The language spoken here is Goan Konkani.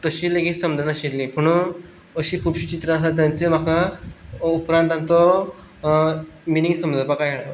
तशीं लेगीत समजनाशिल्लीं पुणून अशीं खुबशीं चित्रां आसात तांचें म्हाका उपरांत तांचो मिनिंग समजपाक कळ्ळें